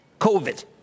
COVID